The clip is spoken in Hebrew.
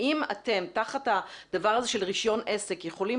האם אתם תחת הדבר הזה של רישיון עסק יכולים